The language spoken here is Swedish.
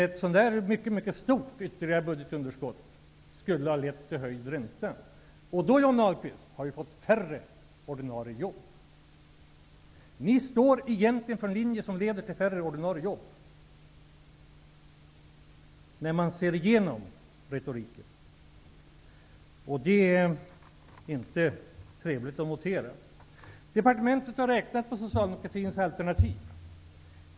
Ett mycket mycket stort ytterligare budgetunderskott skulle ha lett till höjd ränta. Då, Johnny Ahlqvist, hade vi fått färre ordinarie jobb. Ni står egentligen för en linje som leder till färre ordinarie jobb, när man ser igenom retoriken. Det är inte trevligt att notera. Departementet har räknat på Socialdemokratins alternativ.